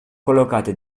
collocate